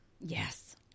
Yes